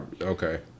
Okay